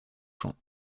chants